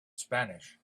spanish